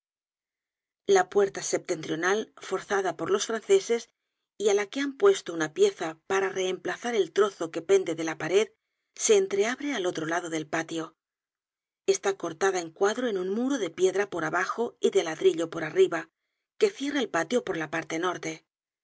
la puerta septentrional forzada por los franceses y á la que han puesto una pieza para reemplazar el trozo que pende de la pared se entreabre al otro lado del patio está cortada en cuadro en un muro de piedra por abajo y de ladrillo por arriba que cierra el patio por la parte norte